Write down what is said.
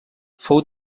fou